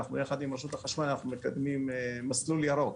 יחד עם רשות החשמל אנחנו מקדים מסלול ירוק.